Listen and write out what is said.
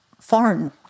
foreign